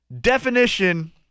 definition